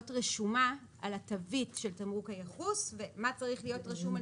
רשומה על התווית של תמרוק הייחוס צריך להיות רשום על